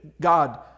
God